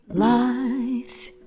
Life